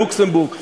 לוקסמבורג,